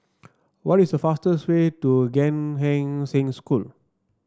what is the fastest way to Gan Eng Seng School